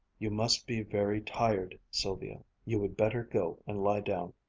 you must be very tired, sylvia. you would better go and lie down.